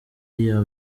iya